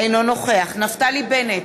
אינו נוכח נפתלי בנט,